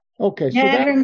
Okay